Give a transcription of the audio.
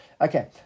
okay